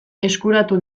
eskuratu